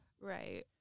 right